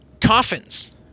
coffins